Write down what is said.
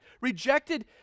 rejected